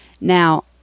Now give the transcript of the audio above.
Now